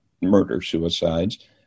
murder-suicides